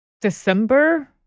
December